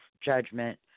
judgment